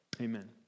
Amen